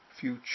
future